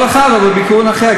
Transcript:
אבל כל אחד בכיוון אחר,